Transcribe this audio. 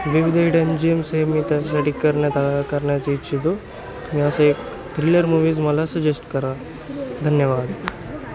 विविध hidden gems हे मी त्यासाठी करण्यात या करण्याची इच्छितो मी असा एक थ्रिलर मूव्हीज मला सजेस्ट करा धन्यवाद